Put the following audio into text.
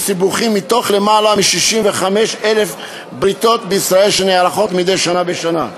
מתוך יותר מ-65,000 בריתות שנערכות מדי שנה בשנה בישראל.